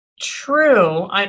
True